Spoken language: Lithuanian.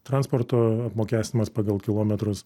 transporto apmokestinimas pagal kilometrus